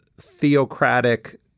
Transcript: theocratic